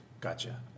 Gotcha